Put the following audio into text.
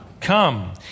Come